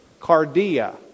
Cardia